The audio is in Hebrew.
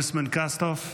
Congressman Kustoff,